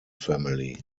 family